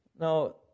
Now